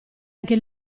anche